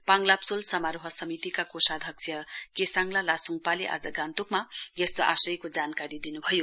पाङ लाब्सोल समारोह समितिका कोषाध्यक्ष केसाङला लासोङ्गपाले आज गान्तोकमा यस्तो आशयको जानकारी दिन्भयो